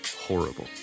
horrible